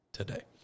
today